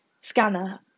scanner